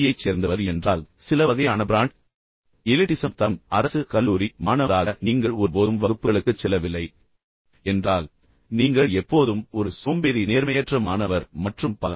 யைச் சேர்ந்தவர் என்றால் சில வகையான பிராண்ட் எலிட்டிசம் தரம் நீங்கள் ஒரு அரசு கல்லூரி மாணவராக இருந்தால் நீங்கள் ஒருபோதும் வகுப்புகளுக்குச் செல்லவில்லை என்று நாங்கள் நினைக்கிறோம் நீங்கள் எப்போதும் ஒரு சோம்பேறி நேர்மையற்ற மாணவர் மற்றும் பல